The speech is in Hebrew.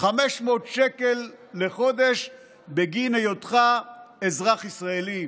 500 שקל לחודש בגין היותך אזרח ישראלי.